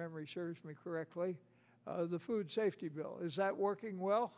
memory serves me correctly the food safety bill is not working well